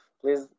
Please